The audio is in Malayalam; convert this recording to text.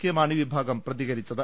കെ മാണി വിഭാഗം പ്രതികരിച്ചത്